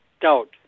doubt